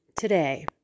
today